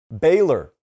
Baylor